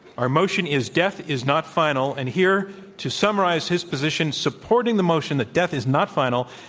our motion is death is not final. and here to summarize his position supporting the motion that death is not final,